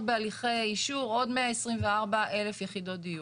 בהליכי אישור עוד 124,000 יחידות דיור.